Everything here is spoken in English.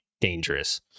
dangerous